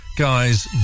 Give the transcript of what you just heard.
Guy's